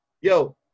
Yo